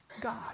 God